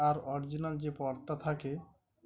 আর original যে পথটা থাকে